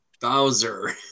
Bowser